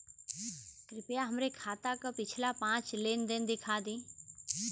कृपया हमरे खाता क पिछला पांच लेन देन दिखा दी